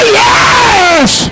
yes